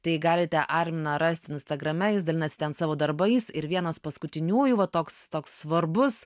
tai galite arminą rasti instagrame jis dalinasi ten savo darbais ir vienas paskutiniųjų va toks toks svarbus